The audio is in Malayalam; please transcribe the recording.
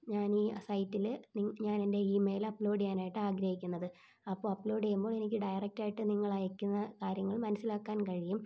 ഞാൻ ഈ സൈറ്റിൽ ഞാൻ എൻ്റെ ഇമെയിൽ അപ്പ്ലോഡ് ചെയ്യാനായിട്ട് ആഗ്രഹിക്കുന്നത് അപ്പോൾ അപ്പ്ലോഡ് ചെയ്യുമ്പോൾ എനിക്ക് ഡയറക്റ്റ് ആയിട്ട് നിങ്ങൾ അയയ്ക്കുന്ന കാര്യങ്ങൾ മനസ്സിലാക്കാൻ കഴിയും